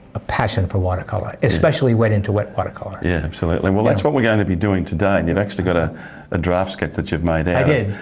a passion for watercolour, especially wet into wet watercolour. yeah, absolutely, well that's what we're going to be doing today. and you've actually got ah a draft sketch that you've made out. i did.